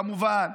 כמובן,